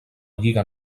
lliga